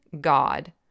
God